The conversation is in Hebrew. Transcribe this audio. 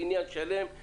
בניין שלם עם